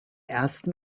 ersten